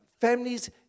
families